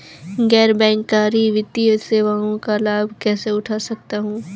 गैर बैंककारी वित्तीय सेवाओं का लाभ कैसे उठा सकता हूँ?